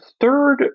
third